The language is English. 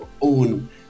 own